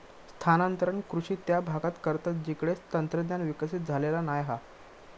स्थानांतरण कृषि त्या भागांत करतत जिकडे तंत्रज्ञान विकसित झालेला नाय हा